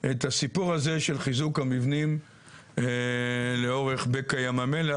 את הסיפור הזה של חיזוק המבנים לאורך בקע ים המלח,